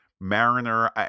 mariner